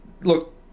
Look